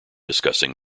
discussing